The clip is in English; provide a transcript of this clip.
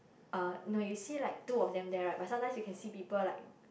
uh no you see like two of them there right but sometimes you can see people like